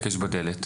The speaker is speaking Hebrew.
׳הקש בדלת׳.